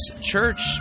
Church